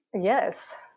Yes